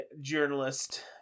journalist